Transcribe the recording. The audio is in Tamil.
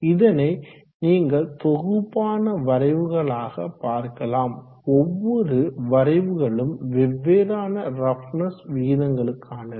இதனை நீங்கள் தொகுப்பான வரைவுகளாக பார்க்கலாம் ஒவ்வொரு வரைவுகளும் வெவ்வேறான ரஃப்னஸ் விகிதங்களுக்கானது